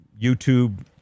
YouTube